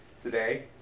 today